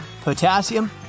potassium